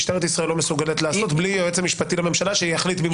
משטרת ישראל לא מסוגלת לעשות בלי היועץ המשפטי לממשלה שיחליט במקומה.